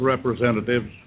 Representatives